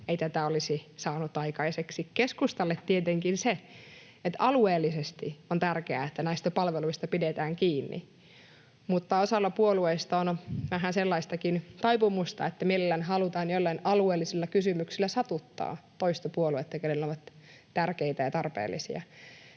ei tätä olisi saanut aikaiseksi. Keskustalle tietenkin on tärkeää se, että näistä palveluista pidetään kiinni alueellisesti, mutta osalla puolueista on vähän sellaistakin taipumusta, että mielellään halutaan joillain alueellisilla kysymyksillä satuttaa toista puoluetta, kenelle ne ovat tärkeitä ja tarpeellisia.